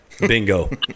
Bingo